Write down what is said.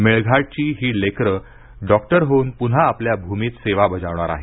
मेळघाटची ही लेकरं डॉक्टर होऊन पुन्हा आपल्या भूमीत सेवा बजावणार आहेत